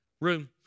Room